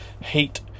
hate